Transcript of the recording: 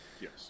Yes